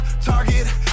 target